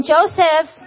Joseph